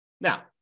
Now